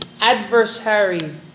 adversary